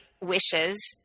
wishes